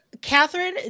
Catherine